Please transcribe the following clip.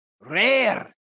Rare